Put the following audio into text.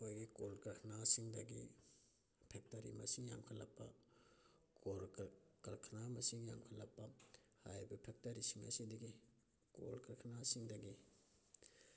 ꯑꯩꯈꯣꯏꯒꯤ ꯀꯣꯜ ꯀꯔꯈꯅꯥꯁꯤꯡꯗꯒꯤ ꯐꯦꯛꯇꯔꯤ ꯃꯁꯤꯡ ꯍꯦꯟꯒꯠꯂꯛꯄ ꯀꯣꯜ ꯀꯔꯈꯅꯥ ꯃꯁꯤꯡ ꯌꯥꯝꯈꯠꯂꯛꯄ ꯍꯥꯏꯔꯤꯕ ꯐꯦꯛꯇꯔꯤꯁꯤꯡ ꯑꯁꯤꯗꯒꯤ ꯀꯣꯜ ꯀꯔꯈꯅꯥꯁꯤꯡꯗꯒꯤ